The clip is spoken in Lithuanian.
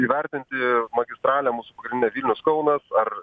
įvertinti magistralę mūsų pagrindinę vilnius kaunas ar